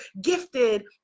gifted